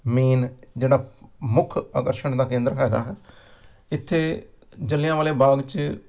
main ਜਿਹੜਾ ਮੁੱਖ ਆਕਰਸ਼ਣ ਦਾ ਕੇਂਦਰ ਹੈਗਾ ਹੈ ਇੱਥੇ ਜਲਿਆਂਵਾਲੇ ਬਾਗ 'ਚ